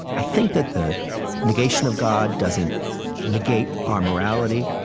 i think that the negation of god doesn't negate our morality,